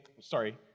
sorry